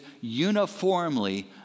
uniformly